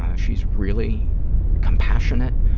um she's really compassionate.